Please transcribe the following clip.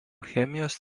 chemijos